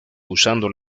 usando